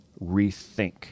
rethink